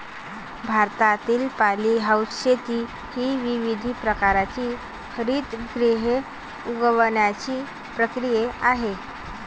भारतातील पॉलीहाऊस शेती ही विविध प्रकारची हरितगृहे उगवण्याची प्रक्रिया आहे